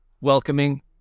welcoming